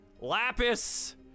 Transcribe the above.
Lapis